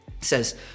says